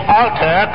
alter